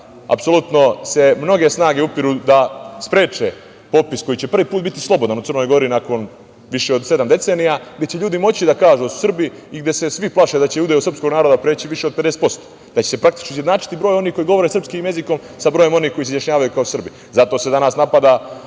apsolutno se mnoge snage upiru da spreče popis koji će prvi put biti slobodan u Crnoj Gori nakon više od sedam decenija, gde će ljudi moći da kažu da su Srbi i gde se svi plaše da će udeo srpskog naroda preći više od 50%, da će se praktično izjednačiti broj onih koji govore srpskim jezikom sa brojem onih koji se izjašnjavaju kao Srbi. Zato se danas napada